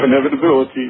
inevitability